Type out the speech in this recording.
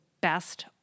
best